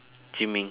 gymming